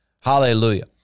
Hallelujah